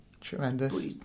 Tremendous